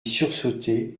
sursauter